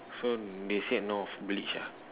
so they say north beach ah